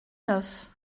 neuf